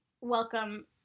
welcome